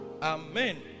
Amen